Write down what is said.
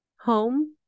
home